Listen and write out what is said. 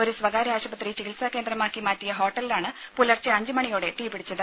ഒരു സ്വകാര്യാശുപത്രി ചികിത്സാ കേന്ദ്രമാക്കി മാറ്റിയ ഹോട്ടലിലാണ് പുലർച്ചെ അഞ്ച് മണിയോടെ തീപിടിച്ചത്